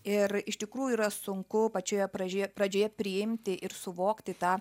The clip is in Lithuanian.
ir iš tikrųjų yra sunku pačioje pražioje pradžioje priimti ir suvokti tą